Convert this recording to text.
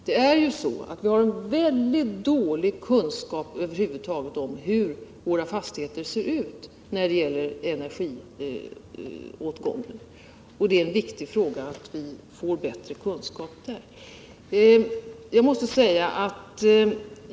Det är ju så att vi har väldigt dålig kunskap om hur våra fastigheter ser ut när det gäller energiåtgången. Det är viktigt att vi får bättre kunskap om det.